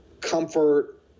comfort